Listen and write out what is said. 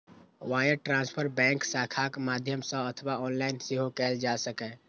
wire transfer bank शाखाक माध्यम सं अथवा ऑनलाइन सेहो कैल जा सकैए